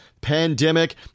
pandemic